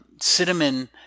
cinnamon